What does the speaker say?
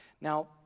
Now